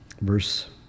Verse